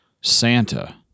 Santa